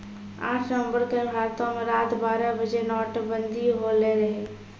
आठ नवम्बर के भारतो मे रात बारह बजे नोटबंदी होलो रहै